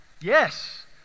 Yes